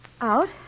Out